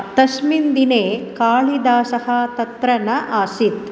तस्मिन् दिने कालिदासः तत्र न आसीत्